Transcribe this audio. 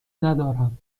ندارم